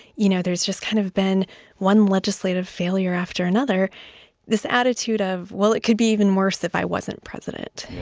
you know, there's just kind of been one legislative failure after another this attitude of, well, it could be even worse if i wasn't president.